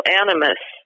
animus